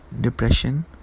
depression